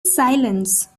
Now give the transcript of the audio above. silence